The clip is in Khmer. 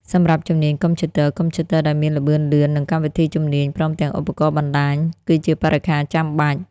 សម្រាប់ជំនាញកុំព្យូទ័រ កុំព្យូទ័រដែលមានល្បឿនលឿន និងកម្មវិធីជំនាញ ព្រមទាំងឧបករណ៍បណ្តាញ គឺជាបរិក្ខារចាំបាច់។